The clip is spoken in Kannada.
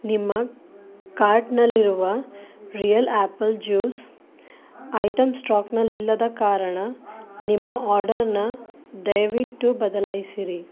ನಿಮ್ಮ ಕಾರ್ಟಿನಲ್ಲಿರುವ ರಿಯಲ್ ಆ್ಯಪಲ್ ಜ್ಯೂಸ್ ಐಟಮ್ ಸ್ಟಾಕಿನಲ್ಲಿಲ್ಲದ ಕಾರಣ ನಿಮ್ಮ ಆರ್ಡರನ್ನ ದಯವಿಟ್ಟು ಬದಲಾಯಿಸಿರಿ